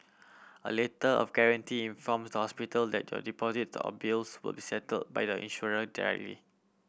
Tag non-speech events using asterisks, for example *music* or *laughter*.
a Letter of Guarantee informs the hospital that your deposit or bills will be settled by your insurer *unintelligible*